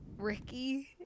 Ricky